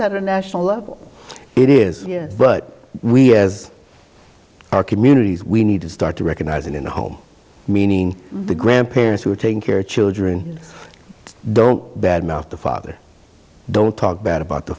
that a national level it is but we as our communities we need to start to recognize it in the home meaning the grandparents who are taking care of children don't bad mouth the father don't talk bad about the